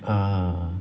uh